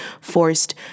forced